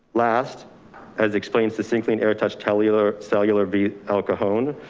last as explained succinctly and air touch cellular cellular v alcohol phone,